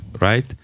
right